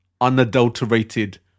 unadulterated